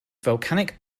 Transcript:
volcanic